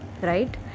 right